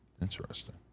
Interesting